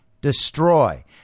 destroy